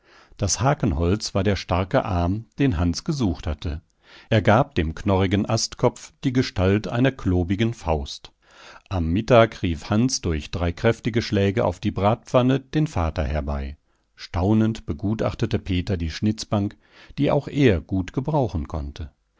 das hakenholz war der starke arm den hans gesucht hatte er gab dem knorrigen astkopf die gestalt einer klobigen faust am mittag rief hans durch drei kräftige schläge auf die bratpfanne den vater herbei staunend begutachtete peter die schnitzbank die auch er gut gebrauchen konnte